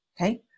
Okay